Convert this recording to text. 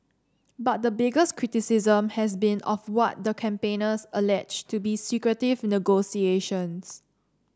but the biggest criticism has been of what the campaigners allege to be secretive negotiations